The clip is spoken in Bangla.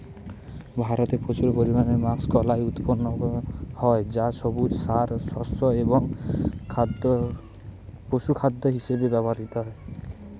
ভারতে প্রচুর পরিমাণে মাষকলাই উৎপন্ন হয় যা সবুজ সার, শস্য এবং পশুখাদ্য হিসেবে ব্যবহৃত হয়